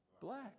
black